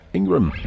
Ingram